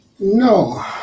No